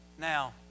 Now